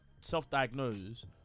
self-diagnose